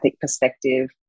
perspective